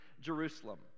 Jerusalem